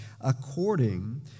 according